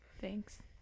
Thanks